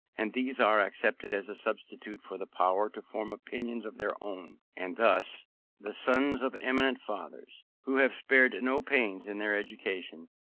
and these are accepted as a substitute for the power to form opinions of their own and thus the sons of eminent fathers, who have spared no pains in their education,